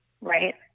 right